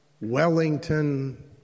Wellington